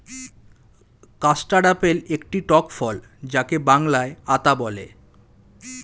custard apple একটি টক ফল যাকে বাংলায় আতা বলে